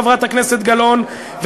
חברת הכנסת גלאון,